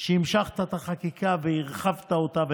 שהמשכת את החקיקה והרחבת אותה.